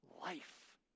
life